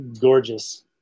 gorgeous